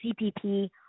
CPP